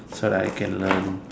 so that I can learn